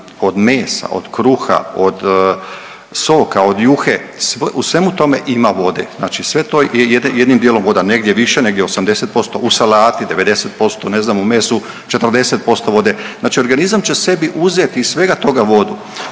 od mesa, od kruha, od soka, od juhe, u svemu tome ima vode, znači sve to je jednim dijelom voda, negdje više, negdje 80%, u salati 90%, ne znam u mesu 40% vode. Znači organizam će sebi uzeti iz svega toga vodu,